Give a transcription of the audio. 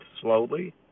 slowly